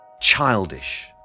childish